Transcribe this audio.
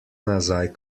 nazaj